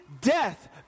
death